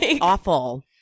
Awful